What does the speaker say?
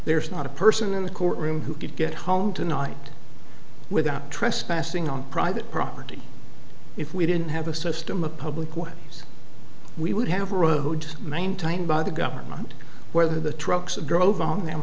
there's not a person in the courtroom who could get home tonight without trespassing on private property if we didn't have a system a public way we would have a road maintained by the government where the trucks of drove on them